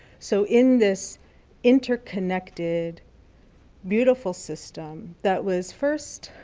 so in this interconnected beautiful system that was first